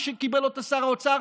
כפי שקיבל אותה שר האוצר,